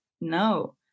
No